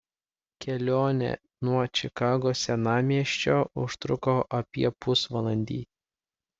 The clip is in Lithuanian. kelionė nuo čikagos senamiesčio užtruko apie pusvalandį